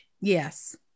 yes